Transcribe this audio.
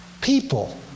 People